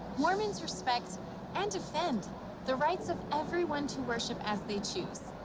mormons respect and defend the rights of everyone to worship as they choose.